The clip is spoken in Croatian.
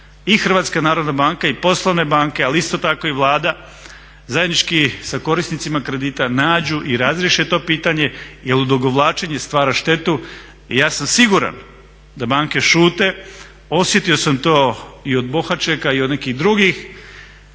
u roku tri mjeseca i HNB i poslovne banke, ali isto tako i Vlada zajednički sa korisnicima kredita nađu i razriješe to pitanje jel odugovlačenje stvara štetu. Ja sam siguran da banke šute, osjetio sam to i od Bohačeka i od nekih drugih.